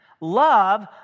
Love